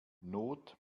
not